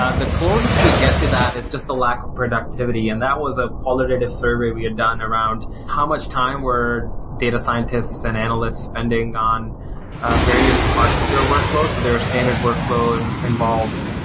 ah the closest we get to that is just the lack of productivity, and that was a qualitative survey we had done around how much time were data scientists and analysts spending on various parts of their workflow. so their standard workflow and involves,